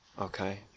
Okay